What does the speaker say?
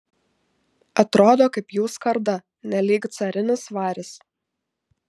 atrodo kaip jų skarda nelyg carinis varis